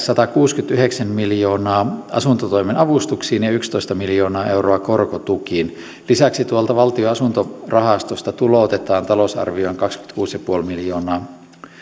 satakuusikymmentäyhdeksän miljoonaa asuntotoimen avustuksiin ja ja yksitoista miljoonaa euroa korkotukiin lisäksi valtion asuntorahastosta tuloutetaan talousarvioon kaksikymmentäkuusi pilkku viisi miljoonaa